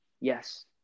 Yes